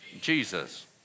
Jesus